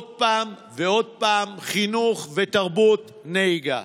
עוד פעם ועוד פעם, חינוך ותרבות נהיגה.